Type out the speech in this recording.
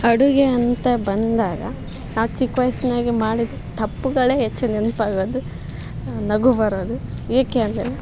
ಅಡುಗೆ ಅಂತ ಬಂದಾಗ ನಾವು ಚಿಕ್ಕ ವಯ್ಸ್ನಾಗೆ ಮಾಡಿದ ತಪ್ಪುಗಳೇ ಹೆಚ್ಚು ನೆನಪಾಗೋದು ನಗು ಬರೋದು ಏಕೆ ಅಂದರೆ